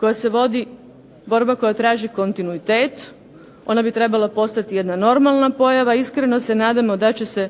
koja se vodi, borba koja traži kontinuitet. Ona bi trebala postati jedna normalna pojava. Iskreno se nadamo da će se